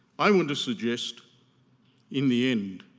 i want to suggest in the end,